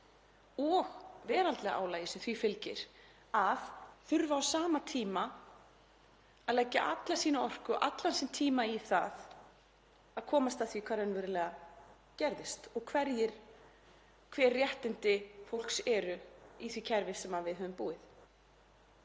og veraldlega álagið sem því fylgir þurfi á sama tíma að leggja alla sína orku og allan sinn tíma í það að komast að því hvað raunverulega gerðist og hver réttindi þess eru í því kerfi sem við höfum búið